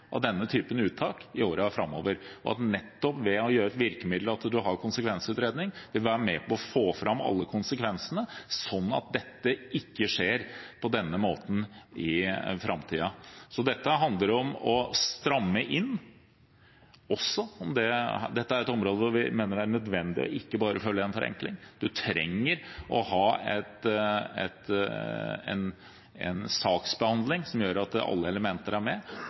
av denne typen uttak i årene framover. Nettopp bruk av virkemiddelet konsekvensutredning vil være med på å få fram alle konsekvensene, slik at dette ikke skjer på denne måten i framtiden. Så dette handler om å stramme inn også. Dette er et område hvor vi mener det er nødvendig ikke bare å følge en forenkling. Man trenger å ha en saksbehandling som gjør at alle elementer er med,